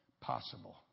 possible